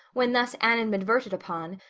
when thus animadverted upon,